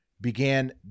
began